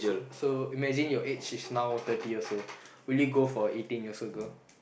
so imagine your age is now thirty years old will you go for a eighteen years old girl